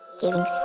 giving